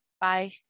Bye